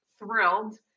Thrilled